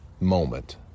moment